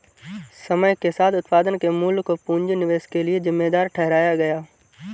समय के साथ उत्पादन के मूल्य को पूंजी निवेश के लिए जिम्मेदार ठहराया गया